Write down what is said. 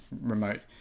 remote